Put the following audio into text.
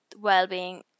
well-being